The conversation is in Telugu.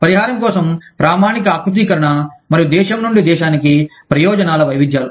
పరిహారం కోసం ప్రామాణిక ఆకృతీకరణ మరియు దేశం నుండి దేశానికి ప్రయోజనాల వైవిధ్యాలు